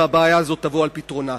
והבעיה הזאת תבוא על פתרונה.